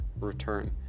return